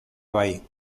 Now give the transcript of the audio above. bai